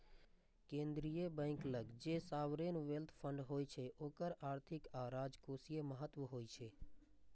केंद्रीय बैंक लग जे सॉवरेन वेल्थ फंड होइ छै ओकर आर्थिक आ राजकोषीय महत्व होइ छै